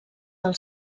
del